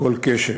כל קשר.